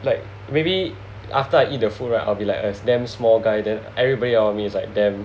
like maybe after I eat the food right I'll be like a damn small guy then everybody around me is like damn